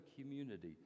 community